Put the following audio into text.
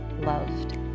loved